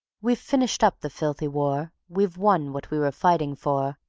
we've finished up the filthy war we've won what we were fighting for.